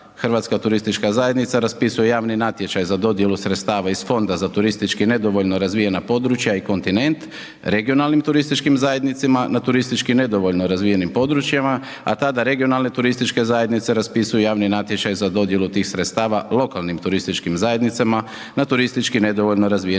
Hrvatska turistička zajednica raspisuje javni natječaj za dodjelu sredstava iz fonda za turistički nedovoljno razvijena područja i kontinent, regionalnim turističkim zajednicama na turistički nedovoljno razvijenim područjima a tada regionalne turističke zajednice raspisuju javni natječaj za dodjelu tih sredstava lokalnim turističkim zajednicama na turistički nedovoljno razvijenim područjima.